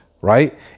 Right